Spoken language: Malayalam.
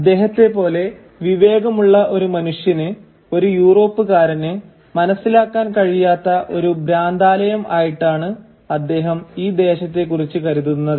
അദ്ദേഹത്തെപ്പോലെ വിവേകമുള്ള ഒരു മനുഷ്യന് ഒരു യൂറോപ്പ്ക്കാരന് മനസ്സിലാക്കാൻ കഴിയാത്ത ഒരു ഭ്രാന്താലയം ആയിട്ടാണ് അദ്ദേഹം ഈ ദേശത്തെക്കുറിച്ച് കരുതുന്നത്